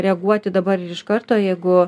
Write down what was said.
reaguoti dabar ir iš karto jeigu